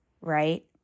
right